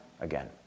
again